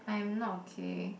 I am not okay